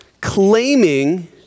claiming